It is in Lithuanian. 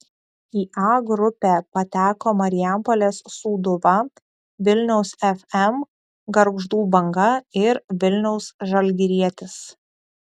į a grupę pateko marijampolės sūduva vilniaus fm gargždų banga ir vilniaus žalgirietis